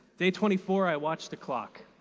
day twenty four, i watched a clock